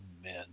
Amen